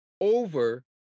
over